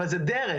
אבל זו דרך.